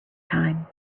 time